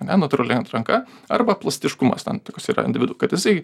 ane natūrali atranka arba plastiškumas tam tikras yra individų kad jisai